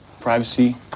Privacy